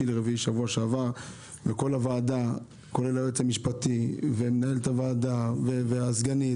לרביעי שבוע שעבר וכל הוועדה כולל הייעוץ המשפטי ומנהלת הוועדה והסגנים,